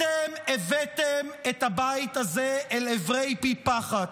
אתם הבאתם את הבית הזה אל עברי פי פחת.